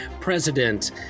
president